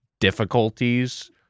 difficulties